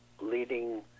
leading